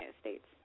States